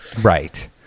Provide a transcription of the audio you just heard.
Right